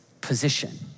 position